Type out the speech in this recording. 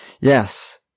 Yes